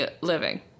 living